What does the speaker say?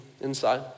inside